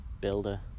builder